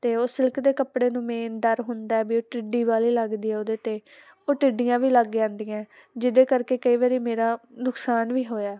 ਤੇ ਉਹ ਸਿਲਕ ਦੇ ਕੱਪੜੇ ਨੂੰ ਮੇਨ ਡਰ ਹੁੰਦਾ ਵੀ ਉਹ ਟਿੱਡੀ ਬਾਹਲੀ ਲੱਗਦੀ ਆ ਉਹਦੇ ਤੇ ਉਹ ਟਿੱਡੀਆਂ ਵੀ ਲੱਗ ਜਾਂਦੀਆਂ ਜਿਹਦੇ ਕਰਕੇ ਕਈ ਵਾਰੀ ਮੇਰਾ ਨੁਕਸਾਨ ਵੀ ਹੋਇਆ